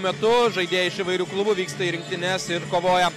metu žaidėjai iš įvairių klubų vyksta į rinktines ir kovoja